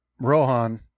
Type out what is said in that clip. Rohan